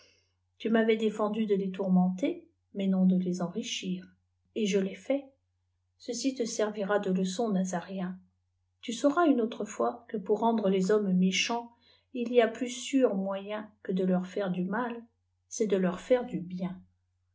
tu m'avais défendu de les tourmenter mais non de les enrichir et je l'ai fait ceci te servira de leçon nazaréen tm sauras une autre fois que pour rendre les hommes méchants il y a un plus sûr moyen que de leur faire du mal c'est de leur faire du bien